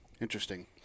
interesting